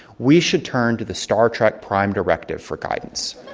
we should turn to the star trek prime directive for guidance.